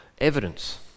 evidence